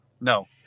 no